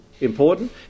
important